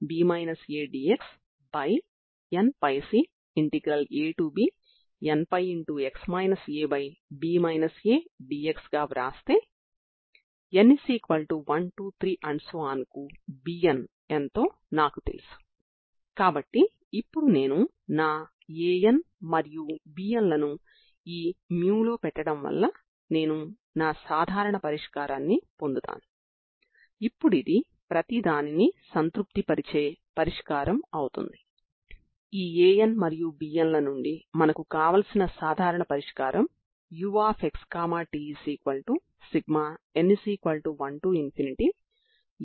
అనంతమైన స్ట్రింగ్ యొక్క రెండు చివరలా మీరు స్థానభ్రంశంను మరియు వెలాసిటీ ని ఇచ్చినప్పుడు అన్ని సమయాలలో స్ట్రింగ్ యొక్క వైబ్రేషన్ డిఅలెమ్బెర్ట్ పరిష్కారమని మీకు తెలుసు